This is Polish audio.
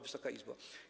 Wysoka Izbo!